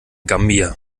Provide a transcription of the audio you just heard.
gambia